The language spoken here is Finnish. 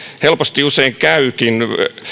helposti usein käykin